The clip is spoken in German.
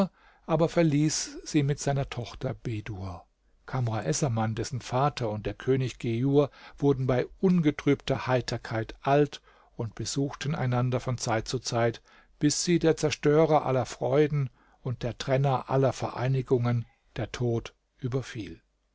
aber verließ sie mit seiner tochter bedur kamr essaman dessen vater und der könig ghejjur wurden bei ungetrübter heiterkeit alt und besuchten einander von zeit zu zeit bis sie der zerstörer aller freuden und der trenner aller vereinigungen der tod überfiel